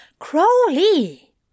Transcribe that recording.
Crowley